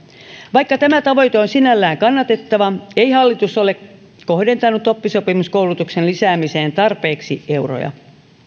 vaikka tämä tavoite on sinällään kannatettava ei hallitus ole kohdentanut oppisopimuskoulutuksen lisäämiseen tarpeeksi euroja